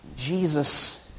Jesus